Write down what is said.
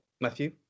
Matthew